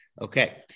Okay